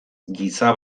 giza